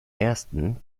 ersten